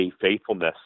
faithfulness